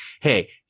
hey